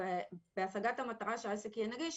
בהצגת המטרה שהעסק יהיה נגיש,